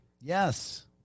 Yes